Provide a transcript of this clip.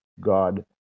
God